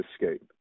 escape